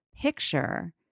picture